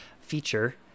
feature